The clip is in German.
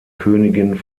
königin